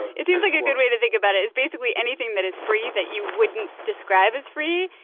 it seems like a good way to think about it is basically anything that is free that you wouldn't describe as free,